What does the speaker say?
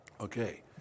Okay